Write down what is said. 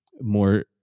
more